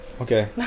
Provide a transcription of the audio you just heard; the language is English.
Okay